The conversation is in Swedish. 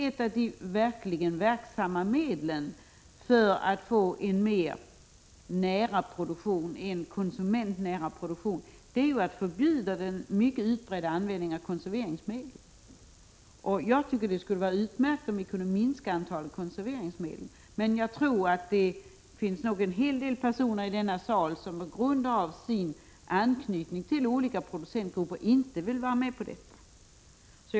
Ett av de verksamma medlen för att få en mer konsumentnära produktion är ju att förbjuda den mycket utbredda användningen av konserveringsmedel. Jag tycker att det skulle vara utmärkt om vi kunde minska antalet konserveringsmedel. Jag tror emellertid att det finns en hel del personer i denna sal som på grund av sin anknytning till olika producentgrupper inte vill vara med på det.